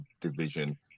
division